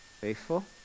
faithful